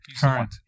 Current